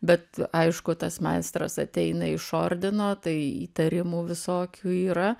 bet aišku tas meistras ateina iš ordino tai įtarimų visokių yra